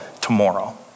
tomorrow